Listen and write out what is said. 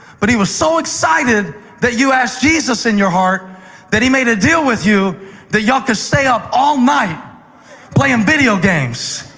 but he was so excited that you asked jesus in your heart that he made a deal with you that y'all could stay up all night playing video games.